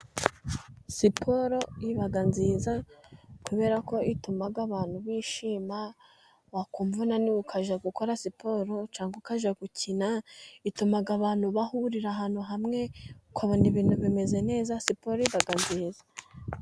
Siporo iba nziza, kubera ko ituma abantu bishima wakumva unaniwe ukajya gukora siporo cyangwa ukajya gukina, ituma abantu bahurira ahantu hamwe ukabona ibintu bimeze neza siporo iba nziza.